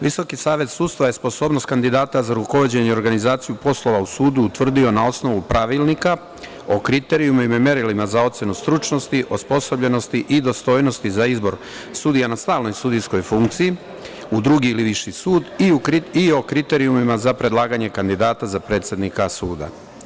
Visoki savet sudstva je sposobnost kandidata za rukovođenje i organizaciju poslova u sudu utvrdio na osnovu pravilnika o kriterijumima i merilima za ocenu stručnosti, osposobljenosti i dostojnosti za izbor sudija na stalnoj sudijskoj funkciji u drugi ili viši sud i o kriterijumima za predlaganje kandidata za predsednika suda.